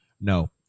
No